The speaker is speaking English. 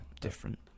different